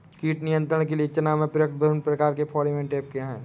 कीट नियंत्रण के लिए चना में प्रयुक्त विभिन्न प्रकार के फेरोमोन ट्रैप क्या है?